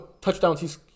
touchdowns